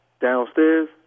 Downstairs